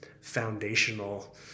foundational